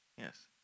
yes